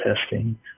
testing